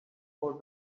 four